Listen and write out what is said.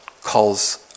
calls